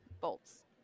bolts